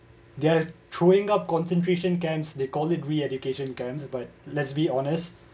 guess throwing up concentration camps they call it re-education camps but let's be honest